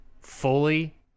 fully